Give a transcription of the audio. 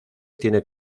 tiene